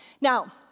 Now